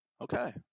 Okay